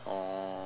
okay